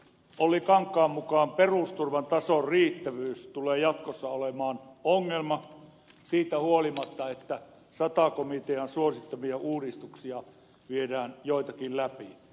olli kankaan mukaan perusturvan tason riittävyys tulee jatkossa olemaan ongelma siitä huolimatta että joitakin sata komitean suosittamia uudistuksia viedään läpi